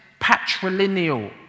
patrilineal